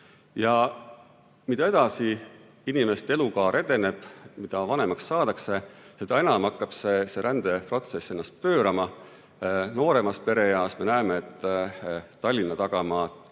Ja mida edasi inimeste elukaar edeneb, mida vanemaks saadakse, seda enam hakkab see rändeprotsess ennast pöörama. Nooremas pereeas me näeme, et Tallinna tagamaa,